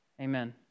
Amen